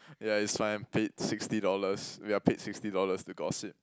ya it's fine paid sixty dollars we are paid sixty dollars to gossip